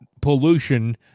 pollution